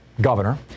governor